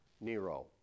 Nero